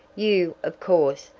you, of course,